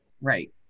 Right